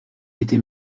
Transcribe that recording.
était